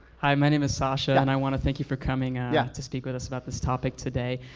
hi, my name is sasha and i want to thank you for coming ah yeah to speak with us about this topic today.